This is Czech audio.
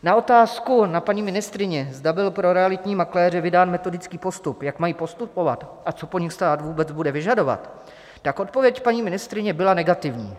Na otázku na paní ministryni, zda byl pro realitní makléře vydán metodický postup, jak mají postupovat a co po nich stát vůbec bude vyžadovat, odpověď paní ministryně byla negativní.